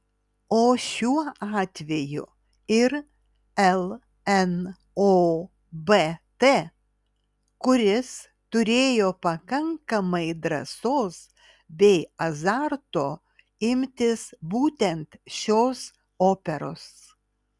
o šiuo atveju ir lnobt kuris turėjo pakankamai drąsos bei azarto imtis būtent šios operos